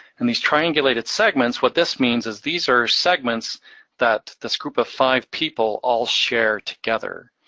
and these triangulated segments, what this means is these are segments that this group of five people all share together.